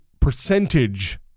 percentage